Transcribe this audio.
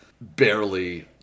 barely